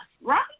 right